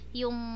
yung